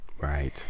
Right